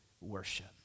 worship